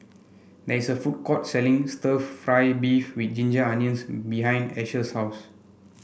there is a food court selling stir fry beef with Ginger Onions behind Asher's house